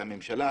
הממשלה.